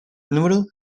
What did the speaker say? número